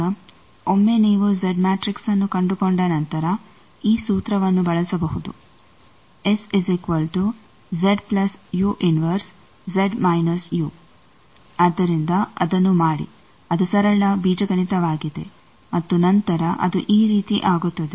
ಈಗ ಒಮ್ಮೆ ನೀವು ಜೆಡ್ ಮ್ಯಾಟ್ರಿಕ್ಸ್ನ್ನು ಕಂಡುಕೊಂಡ ನಂತರ ಈ ಸೂತ್ರವನ್ನು ನೀವು ಬಳಸಬಹುದು ಆದ್ದರಿಂದ ಅದನ್ನು ಮಾಡಿ ಅದು ಸರಳ ಬೀಜಗಣಿತವಾಗಿದೆ ಮತ್ತು ನಂತರ ಅದು ಈ ರೀತಿ ಆಗುತ್ತದೆ